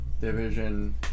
division